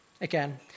again